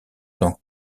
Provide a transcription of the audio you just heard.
pendant